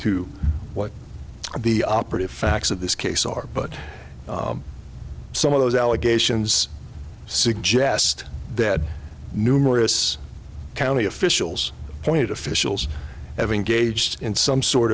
to what the operative facts of this case are but some of those allegations suggest that numerous county officials point officials have engaged in some sort